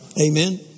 Amen